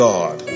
God